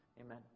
Amen